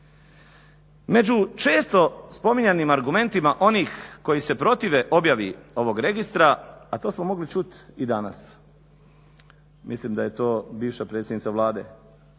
Među često spominjanim argumentima onih koji se protive objavi ovog registra, a to smo mogli čuti i danas, mislim da je to bivša predsjednica Vlade,